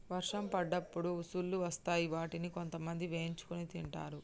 వర్షం పడ్డప్పుడు ఉసుల్లు వస్తాయ్ వాటిని కొంతమంది వేయించుకొని తింటరు